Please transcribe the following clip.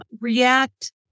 react